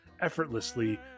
effortlessly